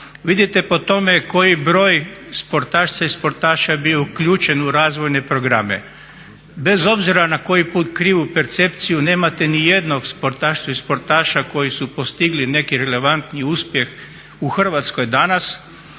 vidite po tome koji broj sportašica i sportaša je bio uključen u razvojne programe. Bez obzira na koji put krivu percepciju nemate ni jednog sportašicu i sportaša koji su postigli neki relevantni uspjeh u Hrvatskoj danas